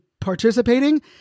participating